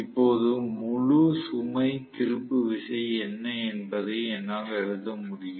இப்போது முழு சுமை திருப்பு விசை என்ன என்பதை என்னால் எழுத முடியும்